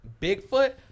Bigfoot